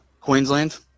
Queensland